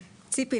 ציפי,